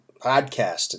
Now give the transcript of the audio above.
podcast